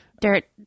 Dirt